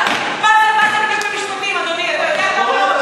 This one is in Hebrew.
אתה לא תאשים קצין ברצח.